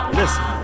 listen